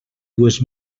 dues